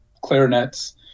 clarinets